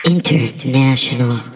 International